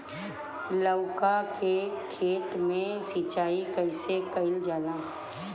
लउका के खेत मे सिचाई कईसे कइल जाला?